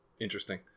interesting